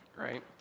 Right